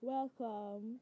Welcome